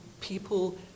people